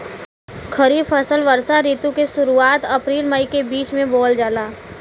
खरीफ फसल वषोॅ ऋतु के शुरुआत, अपृल मई के बीच में बोवल जाला